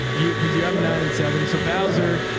you cause you have nine and seven. so bowzer,